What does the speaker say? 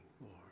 Lord